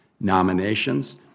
nominations